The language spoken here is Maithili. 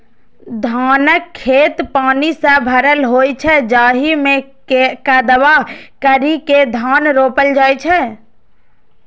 धानक खेत पानि सं भरल होइ छै, जाहि मे कदबा करि के धान रोपल जाइ छै